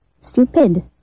Stupid